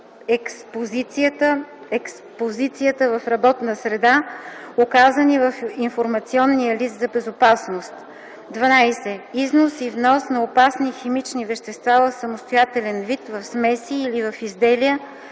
експозицията в работна среда, указани в информационния лист за безопасност; 12. износ и внос на опасни химични вещества в самостоятелен вид, в смеси или в изделия